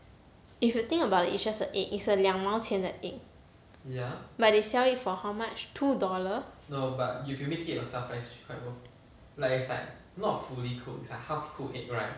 if you think about it it's just a egg it's a 两毛钱的 egg ya but they sell it for how much two dollar